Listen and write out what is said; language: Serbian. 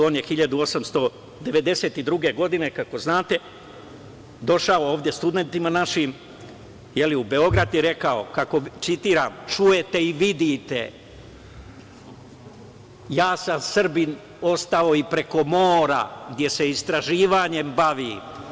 On je 1892. godine, kako znate, došao ovde studentima našim u Beograd i rekao, citiram: „Čujte i vidite, ja sam Srbini ostao i preko mora, gde se istraživanjem bavim.